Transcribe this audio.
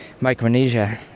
Micronesia